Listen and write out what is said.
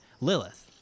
Lilith